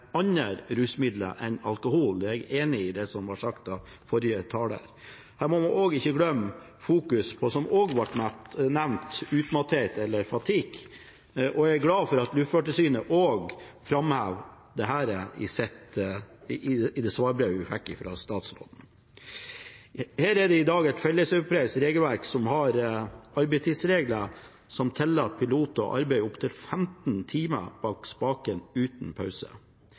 andre rusmidler enn alkohol – jeg er enig i det som ble sagt av forrige taler. Her må man heller ikke glemme fokus på, som også ble nevnt, utmattethet, eller «fatigue», og jeg er glad for at Luftfartstilsynet også framhever dette ifølge det svarbrevet vi fikk fra statsråden. Her er det i dag et felleseuropeisk regelverk som har arbeidstidsregler som tillater piloter å arbeide opptil 15 timer bak spakene uten pause,